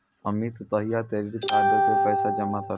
अमित कहिया क्रेडिट कार्डो के पैसा जमा करतै?